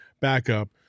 backup